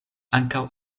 ankaŭ